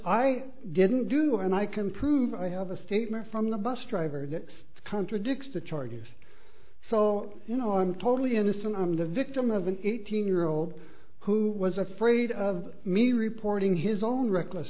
i didn't do and i can prove i have a statement from the bus driver that contradicts the charge of so you know i'm totally innocent i'm the victim of an eighteen year old who was afraid of me reporting his own reckless